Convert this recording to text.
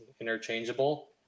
interchangeable